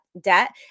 debt